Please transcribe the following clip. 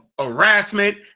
harassment